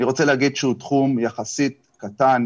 אני רוצה להגיד שהוא תחום יחסית קטן,